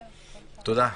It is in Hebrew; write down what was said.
תודה.